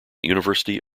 university